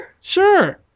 sure